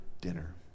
dinner